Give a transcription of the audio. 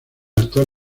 actual